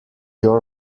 your